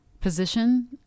position